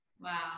wow